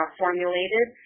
formulated